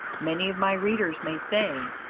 many of my readers may say,